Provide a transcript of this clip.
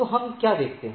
तो हम क्या देखते हैं